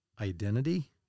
identity